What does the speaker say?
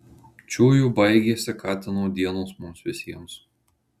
čiuju baigėsi katino dienos mums visiems